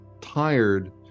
tired